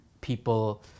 people